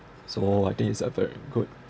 so I think it's a very good